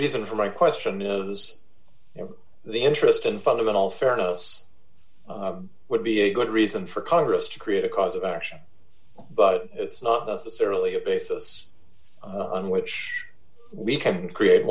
reason for my question is the interest in fundamental fairness would be a good reason for congress to create a cause of action but it's not the fairly a basis on which we can create